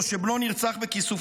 שבנו נרצח בכיסופים,